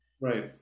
right